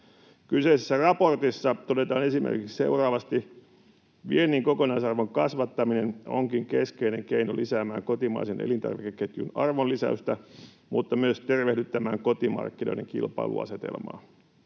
Kyseisessä raportissa todetaan esimerkiksi seuraavasti: ”Viennin kokonaisarvon kasvattaminen onkin keskeinen keino lisäämään kotimaisen elintarvikeketjun arvonlisäystä, mutta myös tervehdyttämään kotimarkkinoiden kilpailuasetelmaa.”